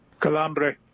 Calambre